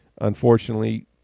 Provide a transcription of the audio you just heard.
unfortunately